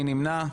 מי נמנע?